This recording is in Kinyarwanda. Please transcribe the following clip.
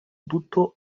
duto